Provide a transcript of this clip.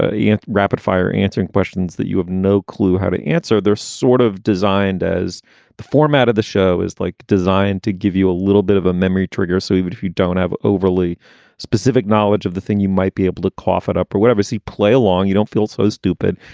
ah in rapid fire answering questions that you have no clue how to answer, they're sort of designed as the format of the show is like designed to give you a little bit of a memory trigger. so even if you don't have overly specific knowledge of the thing, you might be able to cough it up or whatever. see, play along. you don't feel so stupid,